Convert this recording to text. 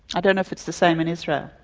i don't know if it's the same in israel?